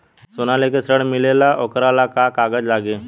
सोना लेके ऋण मिलेला वोकरा ला का कागज लागी?